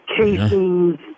casings